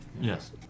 Yes